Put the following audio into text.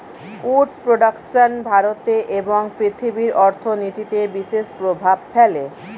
would production ভারতে এবং পৃথিবীর অর্থনীতিতে বিশেষ প্রভাব ফেলে